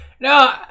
No